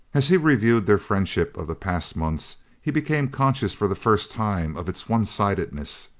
as he reviewed their friendship of the past months he became conscious for the first time of its one-sidedness.